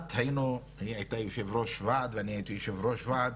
היא הייתה יושב-ראש ועד ואני הייתי יושב-ראש ועד,